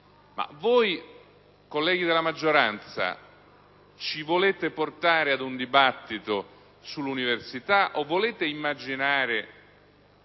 Voi, colleghi della maggioranza, ci volete portare a un dibattito sull'università, o immaginate